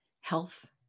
health